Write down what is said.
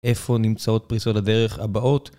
איפה נמצאות פריסות הדרך הבאות.